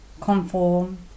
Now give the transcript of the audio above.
conform